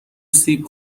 سیب